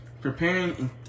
Preparing